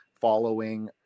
following